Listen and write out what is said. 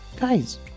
Guys